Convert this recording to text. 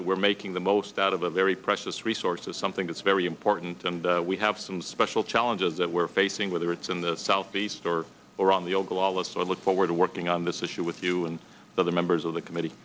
that we're making the most out of a very precious resources something that's very important and we have some special challenges that we're facing whether it's in the southeast or around the oglala so i look forward to working on this issue with you and other members of the committee